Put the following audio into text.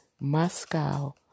Moscow